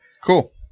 cool